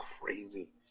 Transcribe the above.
crazy